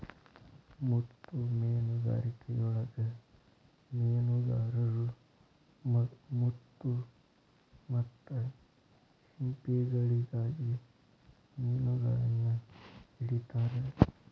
ಮುತ್ತು ಮೇನುಗಾರಿಕೆಯೊಳಗ ಮೇನುಗಾರರು ಮುತ್ತು ಮತ್ತ ಸಿಂಪಿಗಳಿಗಾಗಿ ಮಿನುಗಳನ್ನ ಹಿಡಿತಾರ